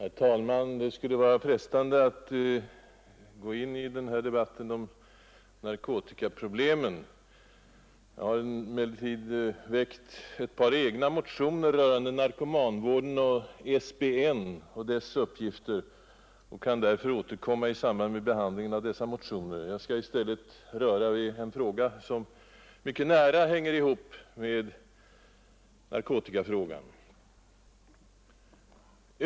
Herr talman! Det skulle vara frestande att gå in i debatten om narkotikaproblemen. Jag har emellertid väckt ett par motioner rörande narkomanvården och SBN och dess uppgifter och kan därför återkomma i samband med behandlingen av dessa motioner. Jag skall i stället röra vid en samhällsfråga som mycket nära hänger ihop med narkotikafrågan.